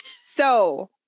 So-